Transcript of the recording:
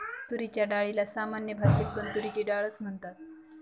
तुरीच्या डाळीला सामान्य भाषेत पण तुरीची डाळ च म्हणतात